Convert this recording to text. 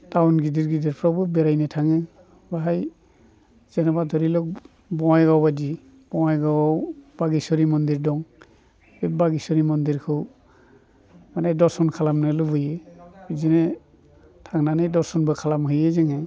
town गिदिर गिदिरफोरावबो बेरायनो थाङो बेहाय जेनेबा धरिलक बङाइगाव बायदि बङाइगावआव बागेश्वरि मन्दिर दं बे बागेश्वरि मन्दिरखौ माने दर्शन खालामनो लुबैयो बिदिनो थांनानै दर्शनबो खालामहैयो जोङो